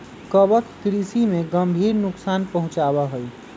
कवक कृषि में गंभीर नुकसान पहुंचावा हई